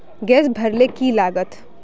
Gas भरले की लागत?